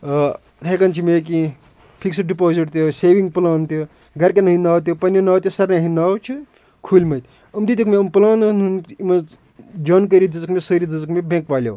ہٮ۪کان چھِ مےٚ یہِ کہِ فِکسٕڈ ڈِپازِٹ تہِ سیوِنٛگ پٕلان تہِ گَرِکٮ۪ن ہٕنٛدۍ ناوٕ تہِ پننٛہِ ناوٕ تہِ سارِنٕے ہٕنٛدۍ ناوٕ چھِ کھوٗلۍمٕتۍ یِم دِتِکھ مےٚ یِم پٕلانَن ہُنٛد جانکٲری دِژٕکھ مےٚ سٲرٕے دِژٕکھ مےٚ بٮ۪نٛک والیو